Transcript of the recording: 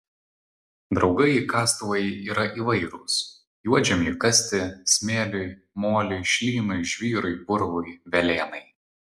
draugai kastuvai yra įvairūs juodžemiui kasti smėliui moliui šlynui žvyrui purvui velėnai